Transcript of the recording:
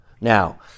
Now